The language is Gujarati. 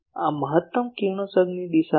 આ મહત્તમ કિરણોત્સર્ગ દિશા છે